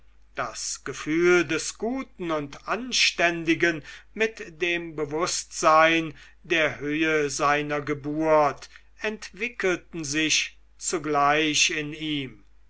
das gefühl des guten und anständigen mit dem bewußtsein der höhe seiner geburt entwickelten sich zugleich in ihm